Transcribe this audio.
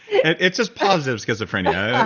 it's just positive schizophrenia.